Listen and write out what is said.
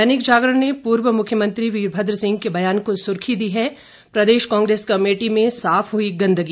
दैनिक जागरण ने पूर्व मुख्यमंत्री वीरभद्र सिंह के बयान को सुर्खी दी है प्रदेश कांग्रेस कमेटी में साफ हुई गंदगी